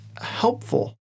helpful